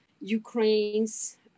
Ukraine's